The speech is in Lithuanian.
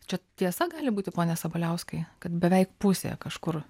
čia tiesa gali būti pone sabaliauskai kad beveik pusė kažkur